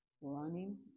running